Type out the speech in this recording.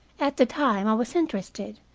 at the time i was interested,